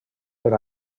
per